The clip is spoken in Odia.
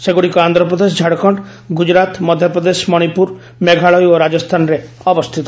ସେଗୁଡ଼ିକ ଆନ୍ଧ୍ରପ୍ରଦେଶ ଝାଡ଼ଖଣ୍ଡ ଗୁଜୁରାଟ୍ ମଧ୍ୟପ୍ରଦେଶ ମଣିପୁର ମେଘାଳୟ ଓ ରାଜସ୍ଥାନରେ ଅବସ୍ଥିତ